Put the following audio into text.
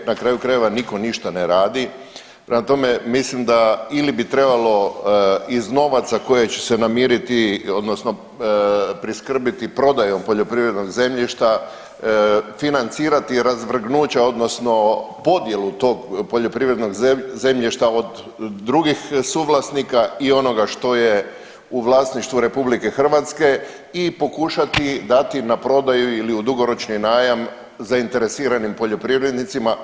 Na kraju krajeva, nitko ništa ne radi, prema tome, mislim da, ili bi trebalo iz novaca koje će se namiriti odnosno priskrbiti prodajom poljoprivrednom zemljišta, financirati razvrgnuća odnosno podjelu tog poljoprivrednog zemljišta od drugih suvlasnika i onoga što je u vlasništvu RH i pokušati dati na prodaju ili u dugoročni najam zainteresiranim poljoprivrednicima.